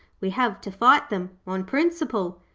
we have to fight them on principle.